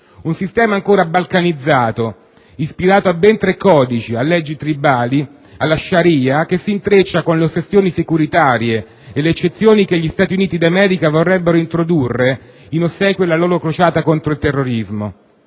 un sistema ancora "balcanizzato", ispirato a ben tre codici, a leggi tribali, alla Sharia, che si intreccia con le ossessioni securitarie e le eccezioni che gli Stati Uniti d'America vorrebbero introdurre in ossequio alla loro crociata contro il terrorismo.